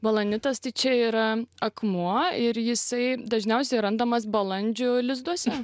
balanitas tai čia yra akmuo ir jisai dažniausiai randamas balandžių lizduose